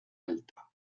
alta